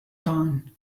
dawn